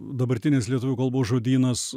dabartinės lietuvių kalbos žodynas